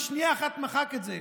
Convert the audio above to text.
ובשנייה אחת מחק את זה.